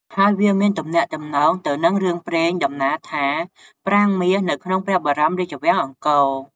ហើយវាមានទំនាក់ទំនងទៅនឹងរឿងព្រេងដំណាលថាប្រាង្គមាសនៅក្នុងព្រះបរមរាជវាំងអង្គរ។